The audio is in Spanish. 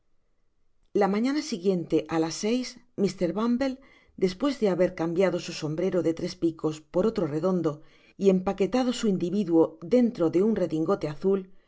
la mañana siguiente á la seis mr bumble despues de haber cambiado su sombrero de tres picos por otro redondo y empaquetado su individuo dentro un redingote azul